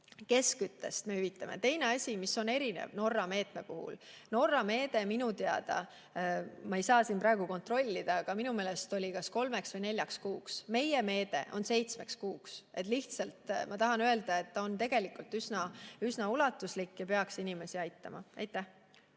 me 80% hüvitame. Teine asi, mis on erinev Norra meetme puhul. Norra meede on minu teada – ma ei saa seda siin praegu kontrollida, aga minu meelest oli nii – kas kolmeks või neljaks kuuks. Meie meede on seitsmeks kuuks. Lihtsalt ma tahan öelda, et see on tegelikult üsna ulatuslik ja peaks inimesi aitama. Aitäh!